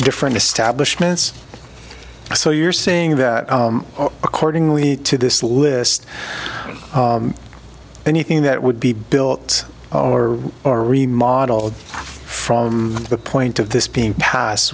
different establishments so you're saying that accordingly to this list anything that would be built or or remodeled from the point of this being passed